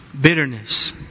Bitterness